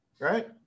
right